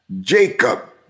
Jacob